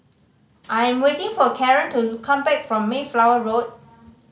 I'm waiting for Caren to come back from Mayflower Road